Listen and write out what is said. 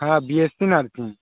হ্যাঁ BSc nursing